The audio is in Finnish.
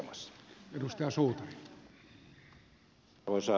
arvoisa herra puhemies